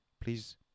Please